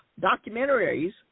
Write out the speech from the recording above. documentaries